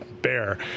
bear